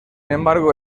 embargo